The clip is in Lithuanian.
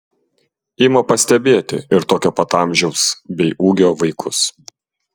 ima pastebėti ir tokio pat amžiaus bei ūgio vaikus